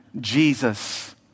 Jesus